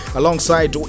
alongside